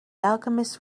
alchemist